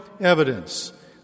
evidence